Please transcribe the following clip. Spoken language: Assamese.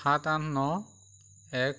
সাত আঠ ন এক